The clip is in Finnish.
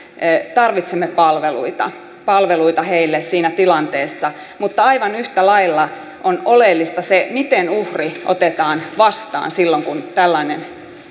tarvitsemme palveluita palveluita heille siinä tilanteessa mutta aivan yhtä lailla on oleellista se miten uhri otetaan vastaan silloin kun tällainen